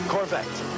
Corvette